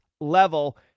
level